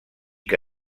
que